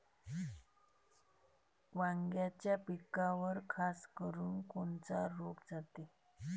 वांग्याच्या पिकावर खासकरुन कोनचा रोग जाते?